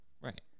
right